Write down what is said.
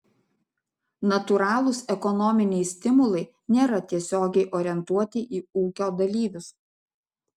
natūralūs ekonominiai stimulai nėra tiesiogiai orientuoti į ūkio dalyvius